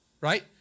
right